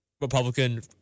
Republican